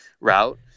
route